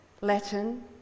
Latin